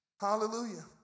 Hallelujah